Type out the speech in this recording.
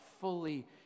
fully